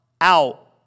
out